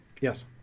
Yes